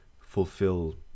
fulfill